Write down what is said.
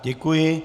Děkuji.